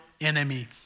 enemy